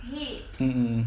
mm mm